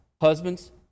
Husbands